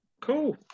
Cool